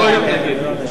אני מסכים למליאה.